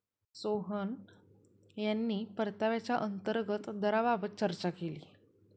सोहन यांनी परताव्याच्या अंतर्गत दराबाबत चर्चा केली